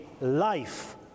life